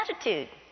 attitude